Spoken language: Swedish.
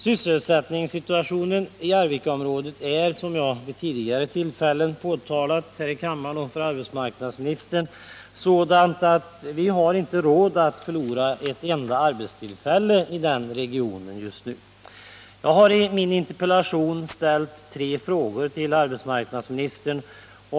Sysselsättningssituationen i Arvikaområdet är, som jag vid tidigare tillfällen påtalat här i kammaren och för arbetsmarknadsministern, sådan att vi just nu inte har råd att förlora ett enda arbetstillfälle i den regionen. Jag har i min interpellation ställt tre frågor till arbetsmarknadsministern.